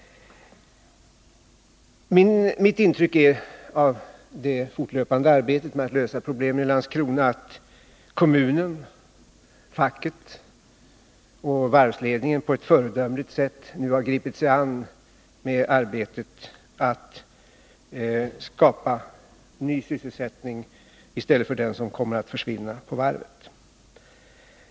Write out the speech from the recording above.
Mitt intryck av det fortlöpande arbetet med att lösa problemen i Landskrona är att kommunen, facket och varvsledningen på ett föredömligt sätt nu gripit sig an arbetet att skapa ny sysselsättning i stället för den som kommer att försvinna på varvet.